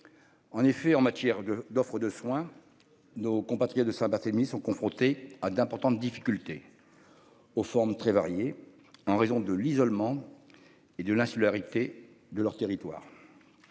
En effet en matière d'offre de soins. Nos compatriotes de Saint-Barthélemy sont confrontées à d'importantes difficultés. Aux formes très variées en raison de l'isolement. Et de la scolarité de leur territoire.